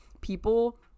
people